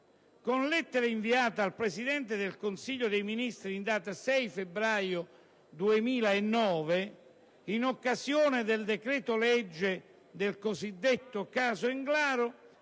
con lettera inviata al Presidente del Consiglio dei ministri in data 6 febbraio 2009, in occasione dell'esame del decreto-legge sul cosiddetto caso Englaro,